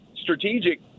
strategic